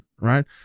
right